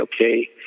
okay